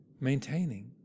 maintaining